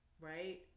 right